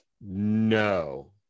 No